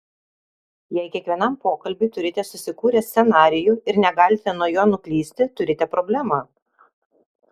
jei kiekvienam pokalbiui turite susikūrę scenarijų ir negalite nuo jo nuklysti turite problemą